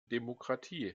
demokratie